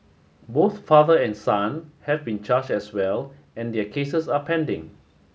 both father and son have been charge as well and their cases are pending